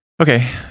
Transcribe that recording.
Okay